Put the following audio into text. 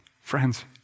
Friends